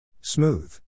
Smooth